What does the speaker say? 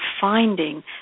finding